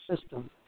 System